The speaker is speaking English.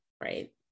Right